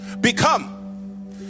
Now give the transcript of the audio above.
become